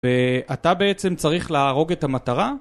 ואתה בעצם צריך להרוג את המטרה.